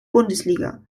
bundesliga